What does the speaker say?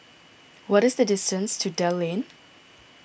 what is the distance to Dell Lane